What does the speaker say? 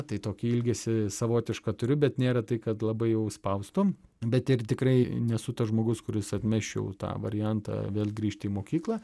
tai tokį ilgesį savotišką turiu bet nėra tai kad labai jau spaustu bet ir tikrai nesu tas žmogus kuris atmesčiau tą variantą vėl grįžti į mokyklą